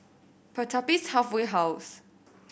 Pertapis Halfway House